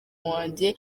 wanjye